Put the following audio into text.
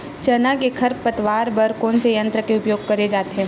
चना के खरपतवार बर कोन से यंत्र के उपयोग करे जाथे?